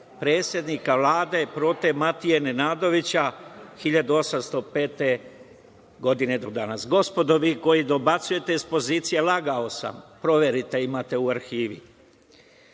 predsednika Vlade prote Matije Nenadovića 1805. godine do danas. Gospodo, vi koji dobacujete iz opozicije, lagao sam, proverite, imate u arhivi.